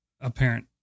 apparent